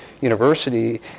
University